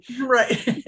Right